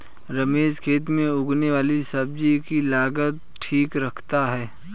रमेश खेत में उगने वाली सब्जी की लागत ठीक रखता है